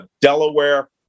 Delaware